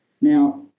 Now